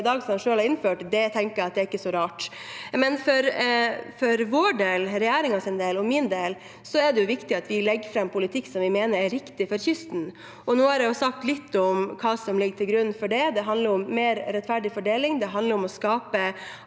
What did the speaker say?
som de selv har innført, tenker jeg at ikke er så rart. Men for regjeringens del, og for min del, er det viktig at vi legger fram en politikk som vi mener er riktig for kysten. Nå har jeg sagt litt om hva som ligger til grunn for det. Det handler om mer rettferdig fordeling, det handler om å skape